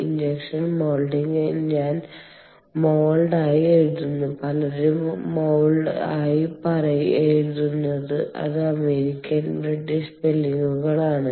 injection moulding ഞാൻ ഇത് MOLD ആയി എഴുതുന്നു പലരും ഇത് ഒരു MOULD ആയി എഴുതുന്നു അത് അമേരിക്കൻ ബ്രിട്ടീഷ് സ്പെല്ലിംഗുകൾ ആണ്